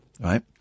Right